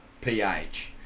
pH